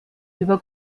über